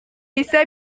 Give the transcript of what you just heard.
bisa